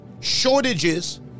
shortages